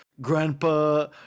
grandpa